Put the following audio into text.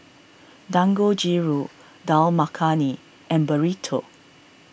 Dangojiru Dal Makhani and Burrito